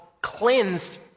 cleansed